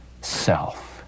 self